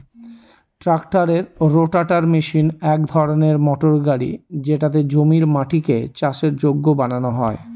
ট্রাক্টরের rotavator machine এক ধরনের মোটর গাড়ি যেটাতে জমির মাটিকে চাষের যোগ্য বানানো হয়